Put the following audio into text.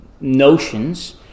notions